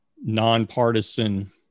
nonpartisan